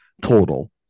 total